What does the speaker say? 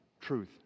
Truth